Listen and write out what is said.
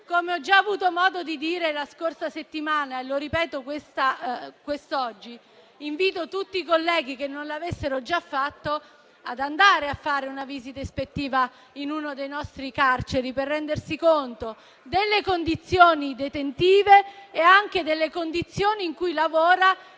Come ho già avuto modo di dire la settimana scorsa, invito tutti i colleghi che non l'avessero già fatto ad andare a fare una visita ispettiva in una delle nostre carceri per rendersi conto delle condizioni detentive e anche delle condizioni in cui lavora